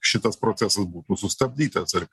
šitas procesas būtų sustabdytas ir